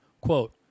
Quote